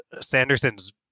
Sanderson's